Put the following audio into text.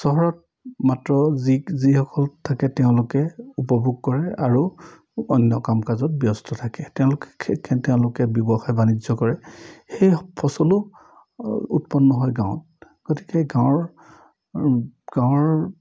চহৰত মাত্ৰ যি যিসকল থাকে তেওঁলোকে উপভোগ কৰে আৰু অন্য কাম কাজত ব্যস্ত থাকে তেওঁলোকে তেওঁলোকে ব্যৱসায় বাণিজ্য কৰে সেই ফচলো উৎপন্ন হয় গাঁৱত গতিকে গাঁৱৰ গাঁৱৰ